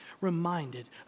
reminded